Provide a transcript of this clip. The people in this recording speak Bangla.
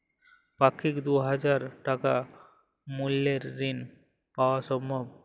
পাক্ষিক দুই হাজার টাকা মূল্যের ঋণ পাওয়া সম্ভব?